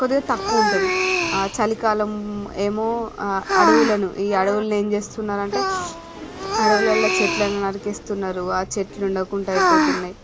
కొద్దిగా తక్కువుంటుంది ఆ చలి కాలం ఏమో అడువులను ఈ అడవులను ఏం చేస్తున్నారు అంటే అడవులల్లో చెట్లని నరికేస్తున్నారు ఆ చెట్లు ఉండకుండా అయిపోతున్నాయి